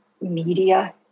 Media